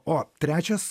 o trečias